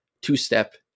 two-step